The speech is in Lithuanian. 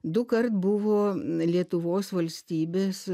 dukart buvo lietuvos valstybės